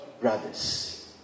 brothers